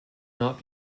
not